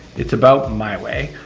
it's about my way.